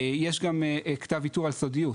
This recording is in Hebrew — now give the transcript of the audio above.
יש גם כתב ויתור על סודיות,